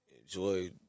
enjoy